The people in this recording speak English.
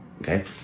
okay